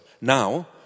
Now